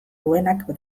duenak